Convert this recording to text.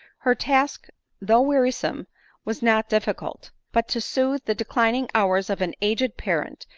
her task though wearisome was not difficult but to sooth the declining hours of an aged parent,